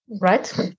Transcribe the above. right